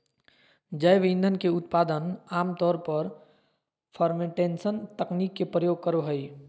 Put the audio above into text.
जैव ईंधन के उत्पादन आम तौर पर फ़र्मेंटेशन तकनीक के प्रयोग करो हइ